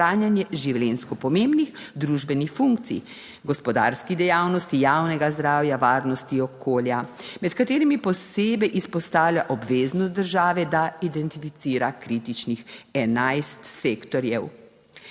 življenjsko pomembnih družbenih funkcij, gospodarski dejavnosti, javnega zdravja, varnosti, okolja, med katerimi posebej izpostavlja obveznost države, da identificira kritičnih 11 sektorjev.